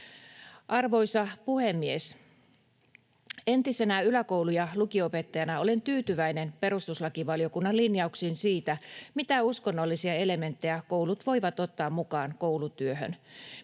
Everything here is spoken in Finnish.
Arvoisa puhemies! Entisenä yläkoulu- ja lukio-opettajana olen tyytyväinen perustuslakivaliokunnan linjauksiin siitä, mitä uskonnollisia elementtejä koulut voivat ottaa mukaan koulutyöhön.